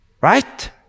right